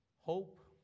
hope